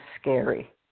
scary